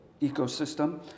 ecosystem